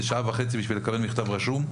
זה שעה וחצי בשביל לקבל מכתב רשום.